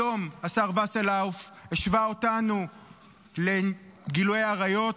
היום השר וסרלאוף השווה אותנו לגילויי עריות.